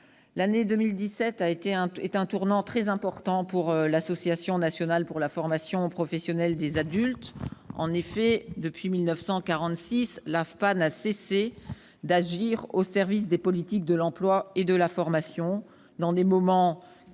l'année 2017 constitue un tournant très important pour l'AFPA, l'Association nationale pour la formation professionnelle des adultes. Depuis 1946, l'AFPA n'a cessé d'agir au service des politiques de l'emploi et de la formation, en